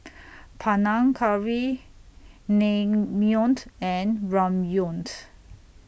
Panang Curry Naengmyeon and Ramyeon